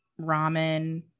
ramen